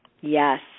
Yes